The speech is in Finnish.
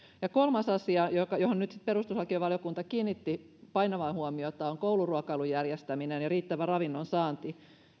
kolmas asia johon nyt sitten perustuslakivaliokunta kiinnitti painavaa huomiota on kouluruokailun järjestäminen ja riittävä ravinnon saanti